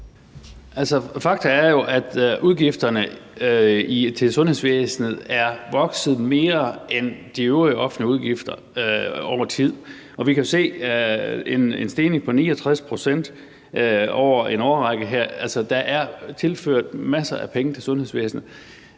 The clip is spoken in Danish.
Fakta er jo, at udgifterne til sundhedsvæsenet er vokset mere end de øvrige offentlige udgifter over tid, og vi kan jo se en stigning på 69 pct. her over en årrække. Altså, der er tilført masser af penge til sundhedsvæsenet.